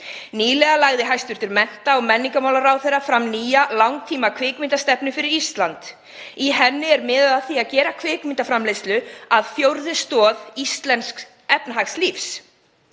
Nýlega lagði hæstv. mennta- og menningarmálaráðherra fram nýja langtímakvikmyndastefnu fyrir Ísland. Í henni er miðað að því að gera kvikmyndaframleiðslu að fjórðu stoð íslensks efnahagslífs.